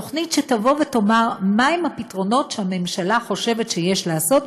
תוכנית שתאמר מהם הפתרונות שהממשלה חושבת שיש לעשות,